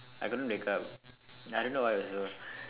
I couldn't wake up I don't know why also